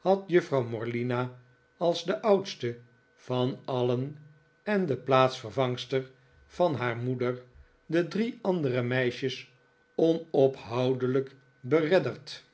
had jongejuffrouw morlina als de oudste van alien en de plaatsvervangster van haar moeder de drie andere meisjes onophoudelijk beredderd